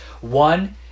One